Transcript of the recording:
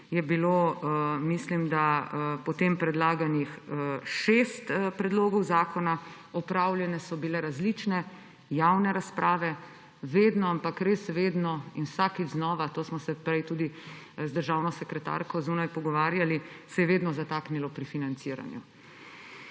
je bilo, mislim da, potem predlaganih 6 predlogov zakona, opravljene so bile različne javne razprave. Vedno, ampak res vedno in vsakič znova, to smo se prej tudi z državno sekretarko zunaj pogovarjali, se je zataknilo pri financiranju.